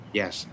yes